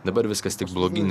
dabar viskas tik blogyn